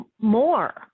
more